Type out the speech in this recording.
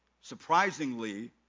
Surprisingly